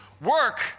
work